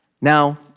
Now